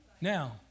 Now